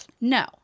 No